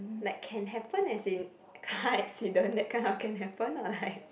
like can happen as in car accident that kind of can happen or like